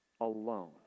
alone